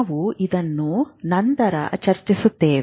ನಾವು ಇದನ್ನು ನಂತರ ಚರ್ಚಿಸುತ್ತೇವೆ